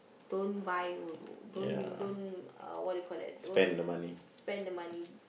don't buy don't don't uh what do you call that don't spend the money